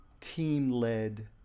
team-led